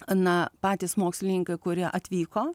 na patys mokslininkai kurie atvyko